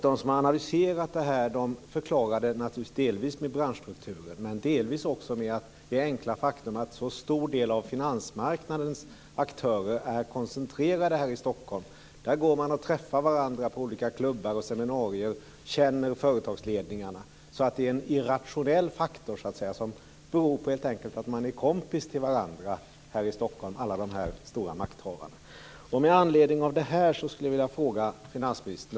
De som har analyserat det här förklarar det naturligtvis delvis med branschstrukturen men delvis också med det enkla faktumet att en stor del av finansmarknadens aktörer är koncentrerade i Stockholm. Där träffar man varandra på olika klubbar och seminarier, känner företagsledningarna. Det är en irrationell faktor som helt enkelt beror på att man är kompis till varandra här i Stockholm, alla de stora makthavarna. Med anledning av det här skulle jag vilja fråga finansministern.